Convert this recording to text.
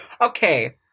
okay